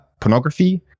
pornography